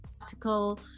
article